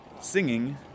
singing